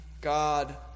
God